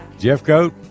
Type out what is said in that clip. Jeffcoat